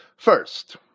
First